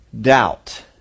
doubt